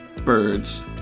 birds